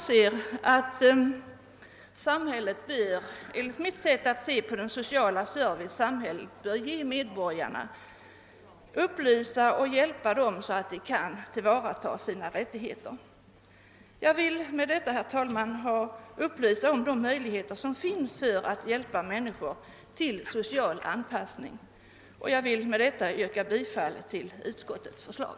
Samhället bör, enligt mitt sätt att se på den sociala servicen, ge medborgarna hjälp och upplysning så att de kan tillvarata sina rättigheter. Jag vill med detta, herr talman, upplysa om de möjligheter som finns för att hjälpa människor till social anpassning. Jag yrkar bifall till utskottets förslag.